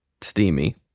steamy